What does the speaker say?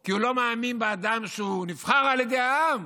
כי הוא לא מאמין באדם שנבחר על ידי העם